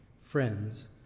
friends